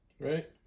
right